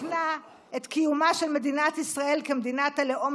סיכנה את קיומה של מדינת ישראל כמדינת הלאום